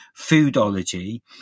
foodology